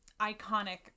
iconic